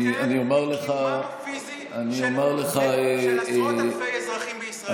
הוא ביטל את קיומם הפיזי של עשרות אלפי אזרחים בישראל.